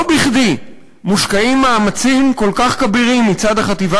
לא בכדי מושקעים מאמצים כל כך כבירים מצד החטיבה